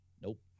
nope